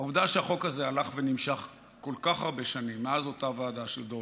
העובדה שהחוק הזה הלך ונמשך כל כך הרבה שנים מאז אותה ועדה של דורנר,